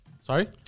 Sorry